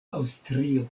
aŭstrio